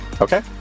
Okay